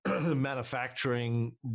manufacturing